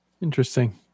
Interesting